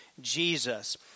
Jesus